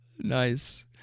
Nice